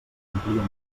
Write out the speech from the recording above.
complien